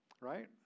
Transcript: right